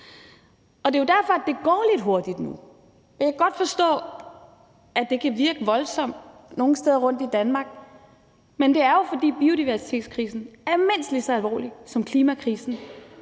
år. Det er jo derfor, at det går lidt hurtigt nu. Jeg kan godt forstå, at det kan virke voldsomt nogle steder rundt i Danmark, men det er jo, fordi biodiversitetskrisen er mindst lige så alvorlig som klimakrisen,